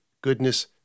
goodness